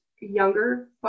younger